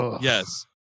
Yes